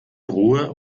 ruhe